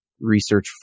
research